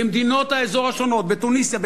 במדינות האזור השונות: בתוניסיה,